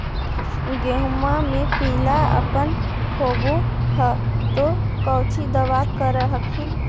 गोहुमा मे पिला अपन होबै ह तो कौची दबा कर हखिन?